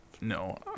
No